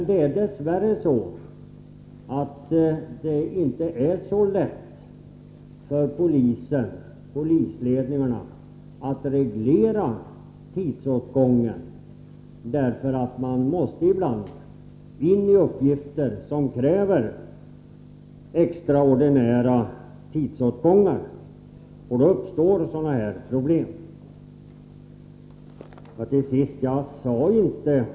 Det är dess värre inte så lätt för polisledningarna att reglera tidsåtgången, därför att man ibland måste in i arbetsuppgifter som kräver extraordinär tidsåtgång. Då uppstår sådana här problem. Till sist.